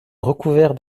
recouvert